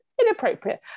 inappropriate